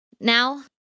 now